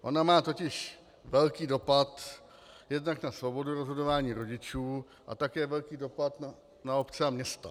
Ona má totiž velký dopad jednak na svobodu rozhodování rodičů a také velký dopad na obce a města.